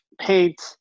paint